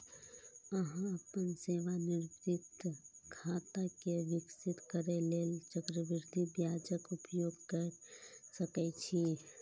अहां अपन सेवानिवृत्ति खाता कें विकसित करै लेल चक्रवृद्धि ब्याजक उपयोग कैर सकै छी